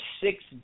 six